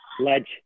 ledge